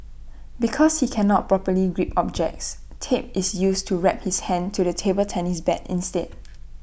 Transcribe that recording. because he cannot properly grip objects tape is used to wrap his hand to the table tennis bat instead